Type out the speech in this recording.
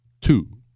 Two